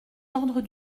ordres